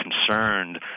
concerned